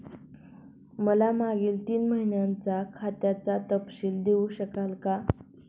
मला मागील तीन महिन्यांचा खात्याचा तपशील देऊ शकाल का?